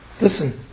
listen